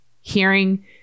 hearing